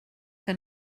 que